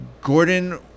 Gordon